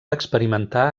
experimentar